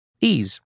Ease